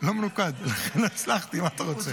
לא מנוקד, לכן לא הצלחתי, מה אתה רוצה?